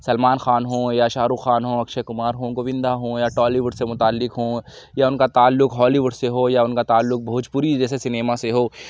سلمان خان ہوں یا شاہ رخ خان ہوں اکشے کمار ہوں گووندا ہوں یا ٹولی وڈ سے متعلق ہوں یا ان کا تعلق ہالی وڈ سے ہو یا ان کا تعلق بھوجپوری جیسے سنیما سے ہو